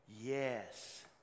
Yes